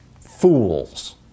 Fools